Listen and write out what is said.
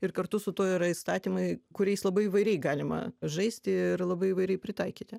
ir kartu su tuo yra įstatymai kuriais labai įvairiai galima žaisti ir labai įvairiai pritaikyti